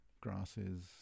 Grasses